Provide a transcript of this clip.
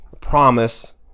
promise